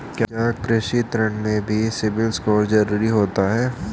क्या कृषि ऋण में भी सिबिल स्कोर जरूरी होता है?